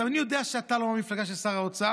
אני יודע שאתה לא מהמפלגה של שר האוצר,